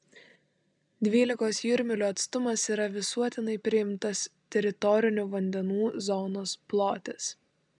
dvylikos jūrmylių atstumas yra visuotinai priimtas teritorinių vandenų zonos plotis